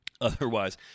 otherwise